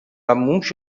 موش